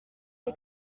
est